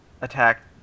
attack